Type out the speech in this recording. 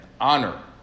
honor